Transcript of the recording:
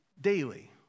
daily